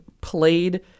played